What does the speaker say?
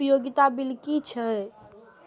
उपयोगिता बिल कि छै?